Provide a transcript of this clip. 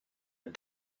and